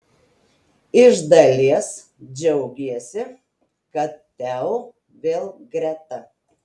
iš dalies džiaugiesi kad teo vėl greta